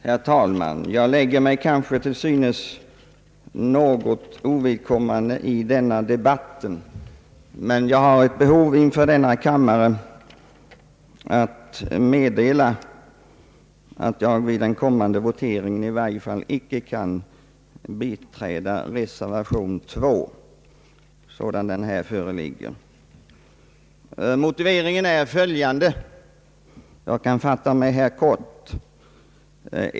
Herr talman! Jag lägger mig kanske till synes något ovidkommande i denna debatt, men jag har ett behov av att inför denna kammare meddela att jag vid den kommande voteringen i varje fall icke kan biträda reservation 2 sådan den här föreligger. Motiveringen är följande — och jag kan där fatta mig kort.